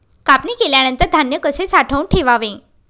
कापणी केल्यानंतर धान्य कसे साठवून ठेवावे?